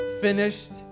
finished